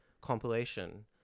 compilation